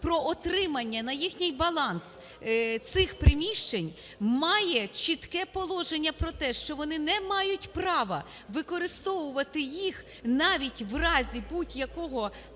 про отримання на їхній баланс цих приміщень має чітке положення про те, що вони не мають права використовувати їх навіть в разі будь-якого